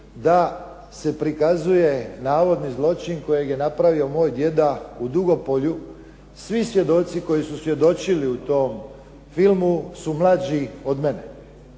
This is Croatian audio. da se prikazuje navodni zločin kojeg je napravio moj djeda u Dugopolju. Svi svjedoci koji su svjedočili u tom filmu su mlađi od mene.